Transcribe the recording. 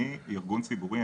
אני ארגון ציבורי,